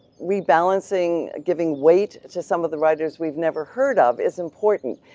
rebalancing, giving weight to some of the writers we've never heard of is important.